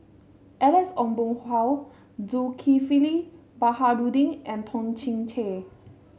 Alex Ong Boon Hau Zulkifli Baharudin and Toh Chin Chye